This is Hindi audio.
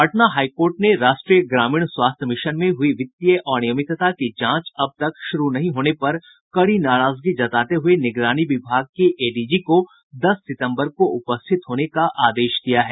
पटना हाई कोर्ट ने राष्ट्रीय ग्रामीण स्वास्थ्य मिशन में हुई वित्तीय अनियमितता की जांच अब तक शुरू नहीं होने पर कड़ी नाराजगी जताते हुये निगरानी विभाग के एडीजी को दस सितम्बर को उपस्थित होने का आदेश दिया है